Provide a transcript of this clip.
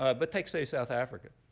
ah but take, say, south africa.